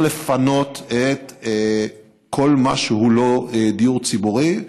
לפנות את כל מה שהוא לא דיור ציבורי,